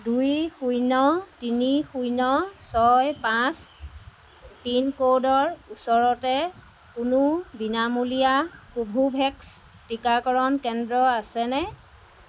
দুই শূন্য তিনি শূন্য ছয় পাঁচ পিনক'ডৰ ওচৰতে কোনো বিনামূলীয়া কোভোভেক্স টীকাকৰণ কেন্দ্ৰ আছেনে